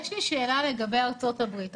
יש לי שאלה לגבי ארצות הברית.